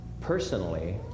Personally